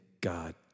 God